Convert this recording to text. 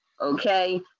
okay